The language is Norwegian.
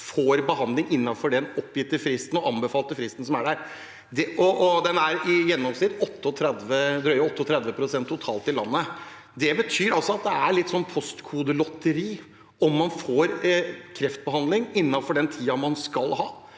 får behandling innenfor den oppgitte og anbefalte fristen som er der. Det er i gjennomsnitt drøyt 38 pst. totalt i landet. Det betyr altså at det er litt sånn postkodelotteri med tanke på om man får kreftbehandling innenfor den tiden man skal ha